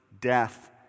death